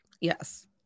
Yes